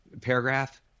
paragraph